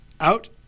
Out